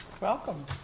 Welcome